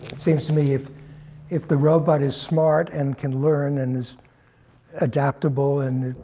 it seems to me, if if the robot is smart and can learn and it's adaptable and,